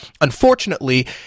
Unfortunately